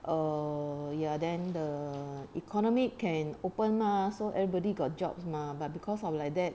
err ya then the economic can open mah so everybody got jobs mah but because of like that